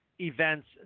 events